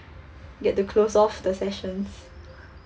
get to close off the sections